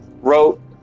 wrote